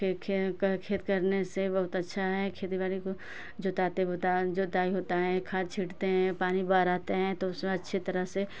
खेत करने से बहुत अच्छा है खेती बाड़ी को जोताते जोताई होता है खाद छींटते हैं पानी बराते हैं तो उसमें अच्छी तरह से